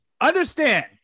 Understand